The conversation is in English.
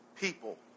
people